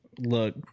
look